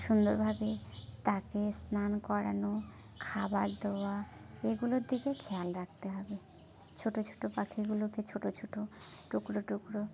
সুন্দর ভাবে তাকে স্নান করানো খাবার দেওয়া এগুলোর দিকে খেয়াল রাখতে হবে ছোট ছোট পাখিগুলোকে ছোট ছোট টুকরো টুকরো